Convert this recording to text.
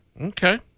Okay